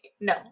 no